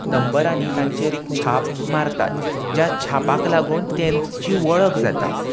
नंबरांनी तांचेर एक छाप मारतात ज्या छापाक लागून तेंची वळख जाता